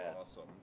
awesome